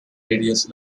radius